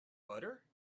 butter